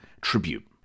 tribute